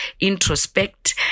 introspect